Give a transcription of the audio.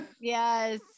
Yes